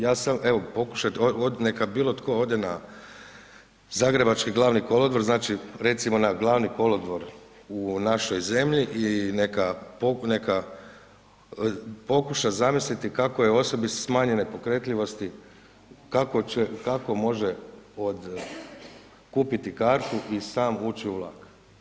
Ja sam evo, evo pokušajte, neka bilo tko ode na zagrebački Glavni kolodvor, znači recimo na Glavni kolodvor u našoj zemlji i neka pokuša zamisliti kako je osobi smanjene pokretljivosti, kako može kupiti kartu i sam ući u vlak.